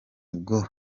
bwo